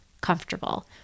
comfortable